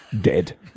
dead